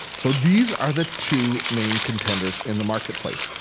so these are the two main contenders in the marketplace.